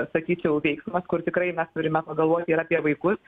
sakyčiau veiksmas kur tikrai mes turime pagalvoti ir apie vaikus